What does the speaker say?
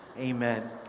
amen